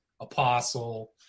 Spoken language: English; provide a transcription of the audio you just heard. apostle